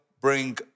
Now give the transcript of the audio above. bring